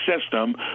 system